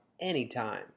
anytime